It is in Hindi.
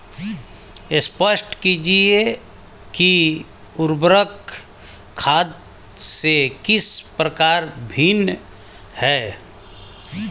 स्पष्ट कीजिए कि उर्वरक खाद से किस प्रकार भिन्न है?